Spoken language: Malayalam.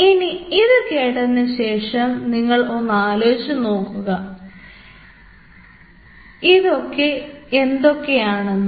ഇനി ഇത് കേട്ടതിനുശേഷം നിങ്ങൾ ഒന്ന് ആലോചിച്ചു നോക്കുക ഇതൊക്കെ എന്തൊക്കെയാണെന്ന്